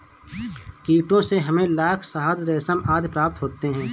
कीटों से हमें लाख, शहद, रेशम आदि प्राप्त होते हैं